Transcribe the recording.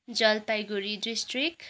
Jalpaiguri district